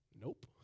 Nope